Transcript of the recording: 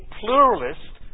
pluralist